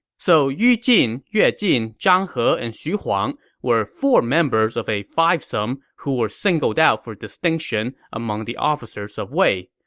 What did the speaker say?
so yu jin, yue jin, zhang he, and xu huang were four members of a five-some who were singled out for distinction among the officers of wei.